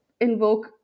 invoke